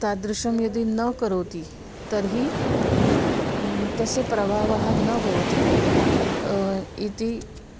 तादृशं यदि न करोति तर्हि तस्य प्रभावः न भवति इति